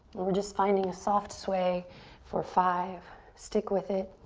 we're just finding a soft sway for five, stick with it.